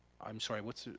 i'm sorry what's,